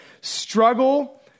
struggle